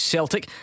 Celtic